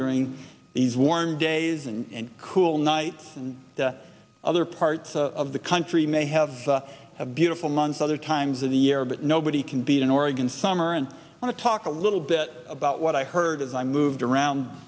during these warm days and cool nights the other parts of the country may have a beautiful month other times of the year but nobody can be in oregon summer and want to talk a little bit about what i heard as i moved around